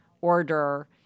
order